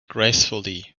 gracefully